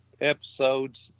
episodes